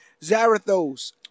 Zarathos